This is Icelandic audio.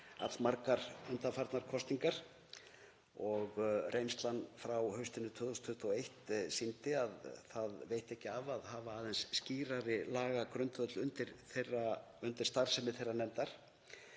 allmargar undanfarnar kosningar og reynslan frá haustinu 2021 sýndi að það veitti ekki af að hafa aðeins skýrari lagagrundvöll undir starfsemi þeirrar nefndar.